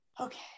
okay